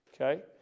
Okay